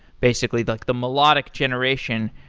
basically, like the melodic generation.